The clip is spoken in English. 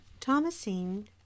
Thomasine